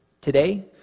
today